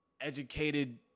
educated